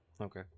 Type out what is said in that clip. Okay